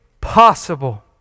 possible